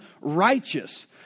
righteous